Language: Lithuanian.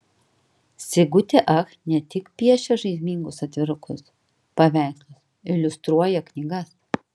sigutė ach ne tik piešia žaismingus atvirukus paveikslus iliustruoja knygas